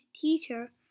teacher